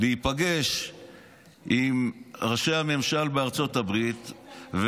להיפגש עם ראשי הממשל בארצות הברית,